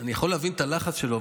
אני יכול להבין את הלחץ שלו,